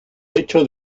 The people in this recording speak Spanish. hecho